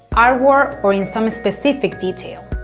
artwork or in some specific detail